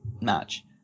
match